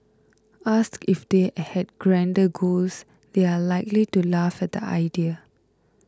asked if they had grander goals they are likely to laugh at the idea